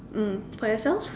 mm for yourself